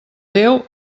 déu